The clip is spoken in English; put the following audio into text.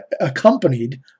accompanied